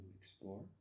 explore